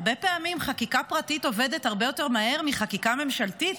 הרבה פעמים חקיקה פרטית עובדת הרבה יותר מהר מחקיקה ממשלתית.